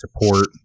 support